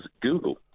Google